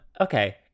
Okay